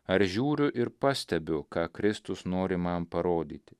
ar žiūriu ir pastebiu ką kristus nori man parodyti